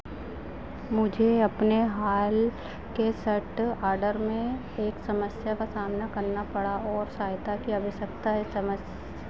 मुझे अपने हाल के सर्ट ऑर्डर में एक समस्या का सामना करना पड़ा और सहायता की आवश्यकता है